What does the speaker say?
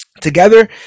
together